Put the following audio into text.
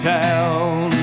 town